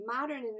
modern